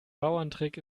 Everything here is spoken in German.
bauerntrick